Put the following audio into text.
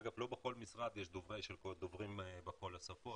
אגב, לא בכל משרד יש דוברים בכל השפות.